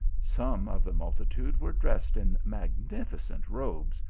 some of the multitude were dressed in magnificent robes,